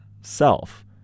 self